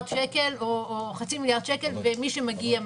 שקל או חצי מיליארד שקל ומי שמגיע,